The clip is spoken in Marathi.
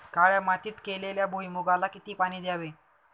काळ्या मातीत केलेल्या भुईमूगाला किती पाणी द्यावे?